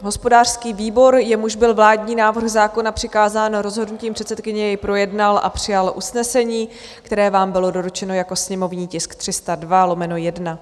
Hospodářský výbor, jemuž byl vládní návrh zákona přikázán rozhodnutím předsedkyně, jej projednal a přijal usnesení, které vám bylo doručeno jako sněmovní tisk 302/1.